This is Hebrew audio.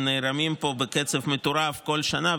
שנערמים פה בקצב מטורף כל שנה,